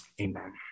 Amen